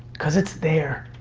cause it's there.